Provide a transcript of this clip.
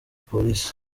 police